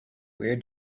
where